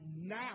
now